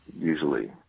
usually